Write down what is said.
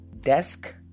Desk